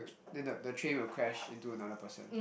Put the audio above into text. then the the train will crash into another person